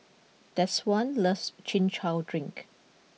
Deshawn loves Chin Chow Drink